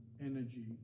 energy